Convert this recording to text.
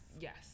yes